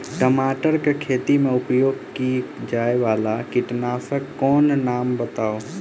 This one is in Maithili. टमाटर केँ खेती मे उपयोग की जायवला कीटनासक कऽ नाम बताऊ?